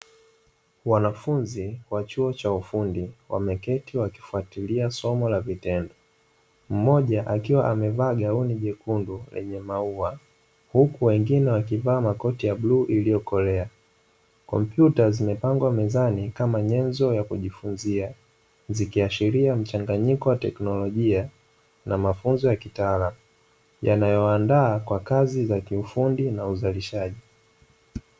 Wanafuzi wa chuo cha ufundi wameketi wakifuatilia somo la vitendo, mmoja akiwa amevaa gauni jekundu lenye maua huku wengine wakiwa wamevaa makoti ya bluu iliyokolea, komputa zikiwa zimepagwa mezani kama nyenzo za kujifunzia, zikiashiria mchanganyiko wateknolojia na mafunzo ya kitaalamu yanayowaandaa kwa kazi za kiufundi na uzalishaji.